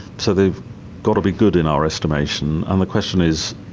so they've got to be good in our estimation. and the question is,